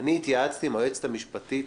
אני התייעצתי עם היועצת המשפטית,